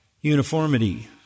uniformity